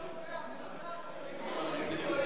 של האיגוד המקצועי.